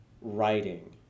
writing